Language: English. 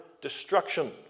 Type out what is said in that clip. destruction